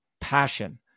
passion